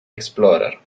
explorer